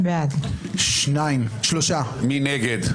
מי נגד?